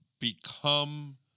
become